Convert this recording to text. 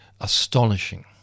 astonishing